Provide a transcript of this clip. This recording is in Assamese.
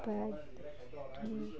প্ৰায়